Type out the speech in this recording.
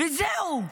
וזהו.